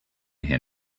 here